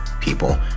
people